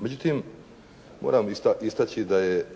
Međutim, moram istaći da je